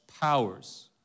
powers